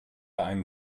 einen